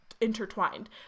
intertwined